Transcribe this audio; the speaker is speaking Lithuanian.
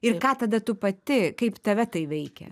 ir ką tada tu pati kaip tave tai veikia